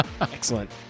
Excellent